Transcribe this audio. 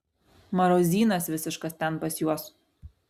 marozynas visiškas ten pas juos